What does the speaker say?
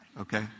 Okay